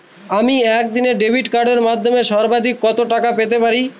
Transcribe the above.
আমি একদিনে ডেবিট কার্ডের মাধ্যমে সর্বাধিক কত টাকা পেতে পারি?